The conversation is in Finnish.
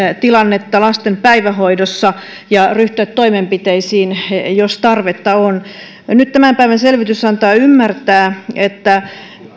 tilannetta lasten päivähoidossa ja ryhtyä toimenpiteisiin jos tarvetta on nyt tämän päivän selvitys antaa ymmärtää että